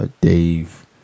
Dave